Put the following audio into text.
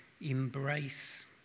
embrace